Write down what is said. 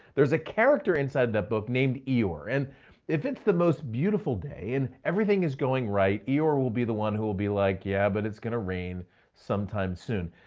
there's a character inside that book named eeyore, and if it's the most beautiful day and everything is going right, eeyore will be the one who will be like, yeah, but it's gonna rain sometime soon.